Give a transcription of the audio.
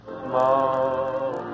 small